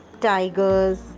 Tigers